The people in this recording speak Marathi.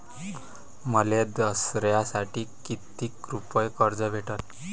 मले दसऱ्यासाठी कितीक रुपये कर्ज भेटन?